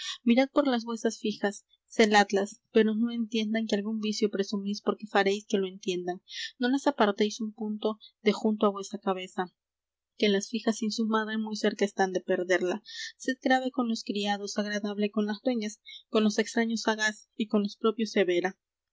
mirad por las vuesas fijas celadlas pero no entiendan que algún vicio presumís porque faréis que lo entiendan no las apartéis un punto de junto á vuesa cabeza que las fijas sin su madre muy cerca están de perderla sed grave con los criados agradable con las dueñas con los extraños sagaz y con los propios severa